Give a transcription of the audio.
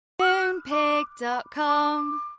Moonpig.com